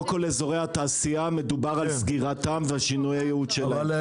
לא בכל אזורי התעשייה מדובר על סגירתם ועל שינויי ייעוד שלהם,